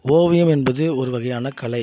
ஓவியம் என்பது ஒரு வகையான கலை